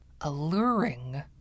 alluring